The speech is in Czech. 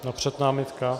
Napřed námitka?